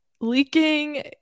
leaking